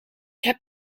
heb